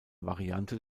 variante